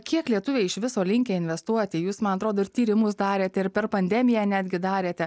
kiek lietuviai iš viso linkę investuoti jūs man atrodo ir tyrimus darėt ir per pandemiją netgi darėte